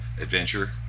adventure